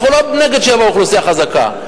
אנחנו לא נגד שתבוא אוכלוסייה חזקה,